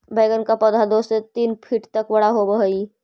बैंगन का पौधा दो से तीन फीट तक बड़ा होव हई